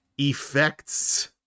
effects